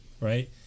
right